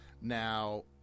Now